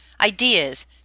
ideas